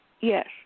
Yes